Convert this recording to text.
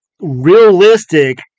realistic